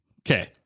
okay